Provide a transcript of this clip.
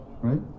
right